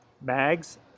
mags